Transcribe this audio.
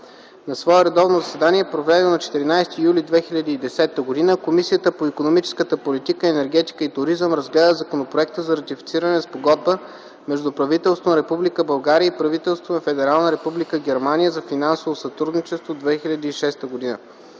На свое редовно заседание, проведено на 14 юли 2010 г., Комисията по икономическата политика, енергетика и туризъм разгледа законопроекта за ратифициране на Спогодбата между правителството на Република България и правителството на Федерална република Германия за финансово сътрудничество (2006 г.).